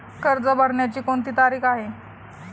कर्ज भरण्याची कोणती तारीख आहे?